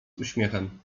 uśmiechem